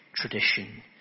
tradition